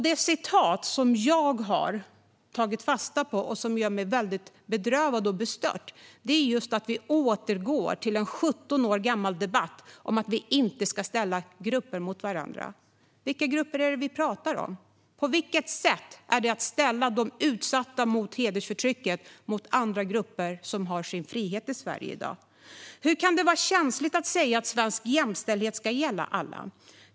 Det som jag har tagit fasta på, och som gör mig väldigt bedrövad och bestört, är att vi återgår till en 17 år gammal debatt om att vi inte ska ställa grupper mot varandra. Vilka grupper är det vi talar om? På vilket sätt är det att ställa de utsatta för hedersförtrycket mot andra grupper som har sin frihet i Sverige i dag? Hur kan det vara känsligt att säga att svensk jämställdhet ska gälla alla?